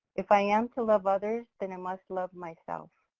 if i am to love others, then i must love myself.